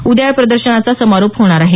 उद्या या प्रदर्शनाचा समारोप होणार आहे